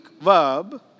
verb